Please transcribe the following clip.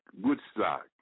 Woodstock